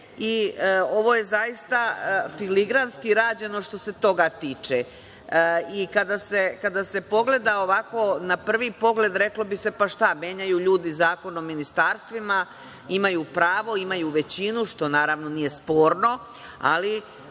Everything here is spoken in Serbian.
Ovo je zaista filigranski rađeno, što se toga tiče. Kada se pogleda ovako na prvi pogled, reklo bi se – pa šta, menjaju ljudi Zakon o ministarstvima, imaju pravo, imaju većinu, što naravno nije sporno, ali,